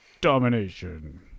Domination